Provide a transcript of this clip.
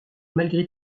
malgré